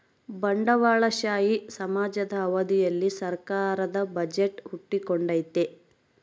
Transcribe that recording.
ಬಂಡವಾಳಶಾಹಿ ಸಮಾಜದ ಅವಧಿಯಲ್ಲಿ ಸರ್ಕಾರದ ಬಜೆಟ್ ಹುಟ್ಟಿಕೊಂಡೈತೆ